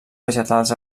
vegetals